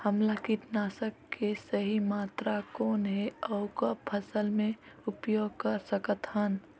हमला कीटनाशक के सही मात्रा कौन हे अउ कब फसल मे उपयोग कर सकत हन?